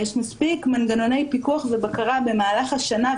יש מספיק מנגנוני פיקוח ובקרה במהלך השנה,